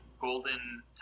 golden